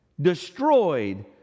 destroyed